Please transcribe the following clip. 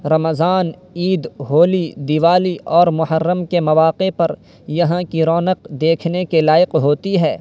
رمضان عید ہولی دیوالی اور محرم کے مواقع پر یہاں کی رونق دیکھنے کے لائق ہوتی ہے